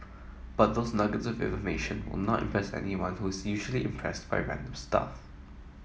but those nuggets of information will not impress anyone who is usually impressed by random stuff